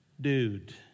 dude